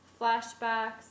flashbacks